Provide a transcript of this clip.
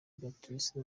beatrice